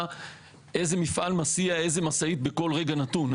איזה מפעל מסיע איזה משאית בכל רגע נתון.